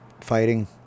fighting